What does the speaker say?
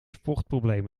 vochtprobleem